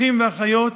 האחים והאחיות,